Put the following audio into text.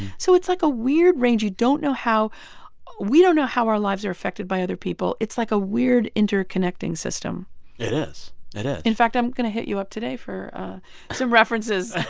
so it's, like, a weird range. you don't know how we don't know how our lives are affected by other people. it's, like, a weird, interconnecting system it is. it is in fact, i'm going to hit you up today for some references,